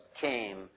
came